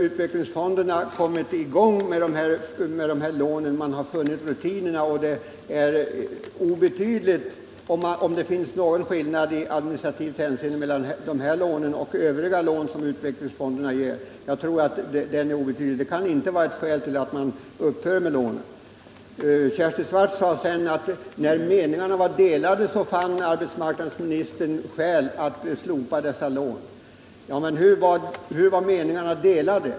Utvecklingsfonderna har nu kommit i gång med dessa lån och man har funnit rutinerna. Skillnaden i administrativt hänseende mellan dessa lån och övriga lån som utvecklingsfonderna ger är obetydlig och kan inte vara ett skäl för att upphöra med lånen. Kersti Swartz sade sedan att eftersom meningarna om dessa lån var delade fann arbetsmarknadsministern skäl att slopa dern. Men hur var meningarna delade?